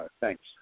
Thanks